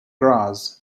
graz